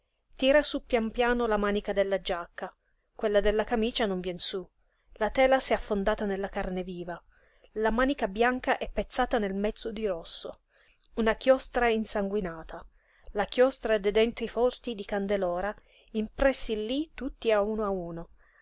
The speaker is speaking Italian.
tira sú pian piano la manica della giacca quella della camicia non vien sú la tela s'è affondata nella carne viva la manica bianca è pezzata nel mezzo di rosso una chiostra insanguinata la chiostra dei denti forti di candelora impressi lí tutti a uno a uno